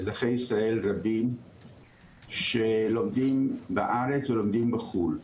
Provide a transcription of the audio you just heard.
אזרחי ישראל רבים שלומדים בארץ ולומדים בחו"ל,